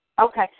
Okay